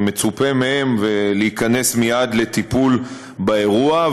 מצופה מהם להיכנס מייד לטיפול באירוע,